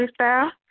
freestyle